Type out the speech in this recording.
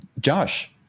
josh